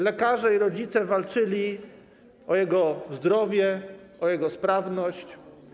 Lekarze i rodzice walczyli o jego zdrowie, o jego sprawność.